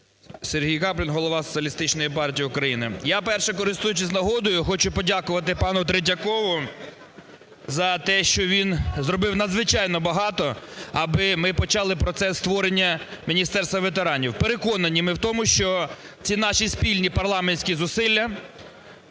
Сергій Каплін, голова Соціалістичної партії України. Я, перше, користуючись нагодою, хочу подякувати пану Третьякову за те, що він зробив надзвичайно багато аби ми почали процес створення Міністерства ветеранів. Переконані ми в тому, що ці наші спільні парламентські зусилля